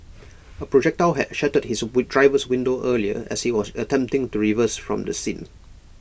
A projectile had shattered his driver's window earlier as he was attempting to reverse from the scene